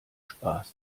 spaß